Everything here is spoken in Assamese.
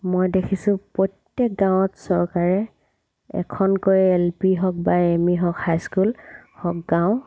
মই দেখিছোঁ প্ৰত্যেক গাঁৱত চৰকাৰে এখনকৈ এল পি হওক বা এম ই হওক হাই স্কুল হওক গাঁও